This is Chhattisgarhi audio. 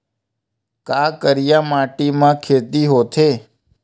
का करिया माटी म खेती होथे?